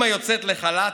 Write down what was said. האימא יוצאת לחל"ת,